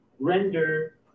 render